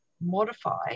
modify